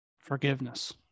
forgiveness